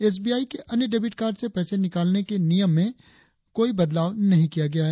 S B I के अन्य debit card से पैसे निकालने के नियम में कोई बदलाव नही किया गया है